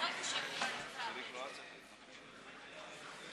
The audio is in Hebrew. במקרה הזה זה